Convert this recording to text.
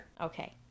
Okay